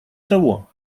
того